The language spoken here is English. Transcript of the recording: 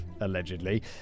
allegedly